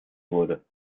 wurde